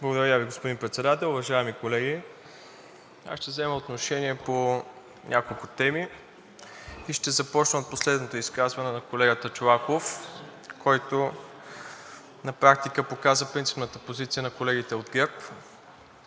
Благодаря Ви, господин Председател. Уважаеми колеги! Аз ще взема отношение по няколко теми и ще започна от последното изказване на колегата Чолаков, който на практика показа принципната позиция на колегите от ГЕРБ